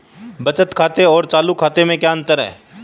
बचत खाते और चालू खाते में क्या अंतर है?